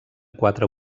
quatre